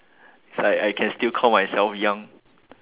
if I can still call myself young